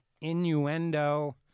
innuendo